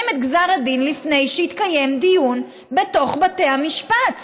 את גזר הדין לפני שהתקיים דיון בתוך בתי המשפט.